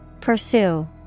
Pursue